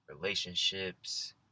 relationships